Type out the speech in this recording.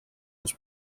was